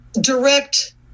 direct